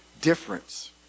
difference